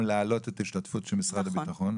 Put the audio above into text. להעלות את ההשתתפות של משרד הביטחון,